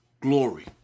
glory